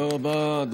תודה רבה.